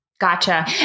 Gotcha